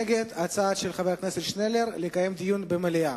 נגד, ההצעה של חבר הכנסת שנלר, לקיים דיון במליאה.